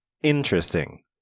Interesting